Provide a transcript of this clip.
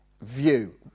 view